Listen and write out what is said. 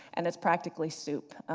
and it's practically soup.